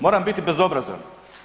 Moram biti bezobrazan.